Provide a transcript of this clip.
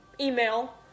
email